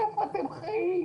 איפה אתם חיים?